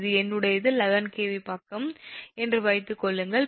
இது என்னுடைய 11 𝑘𝑉 பக்கம் என்று வைத்துக்கொள்ளுங்கள்